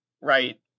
right